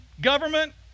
government